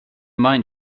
might